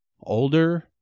older